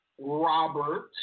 Robert